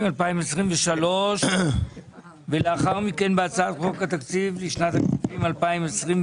2023 ולאחר מכן בהצעת חוק התקציב לשנת 2024,